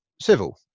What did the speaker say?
civil